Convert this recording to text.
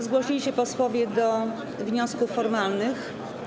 Zgłosili się posłowie do wniosków formalnych.